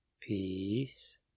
Peace